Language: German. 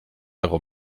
herum